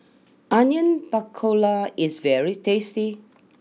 Onion Pakora is very tasty